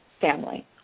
family